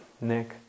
Nick